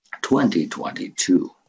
2022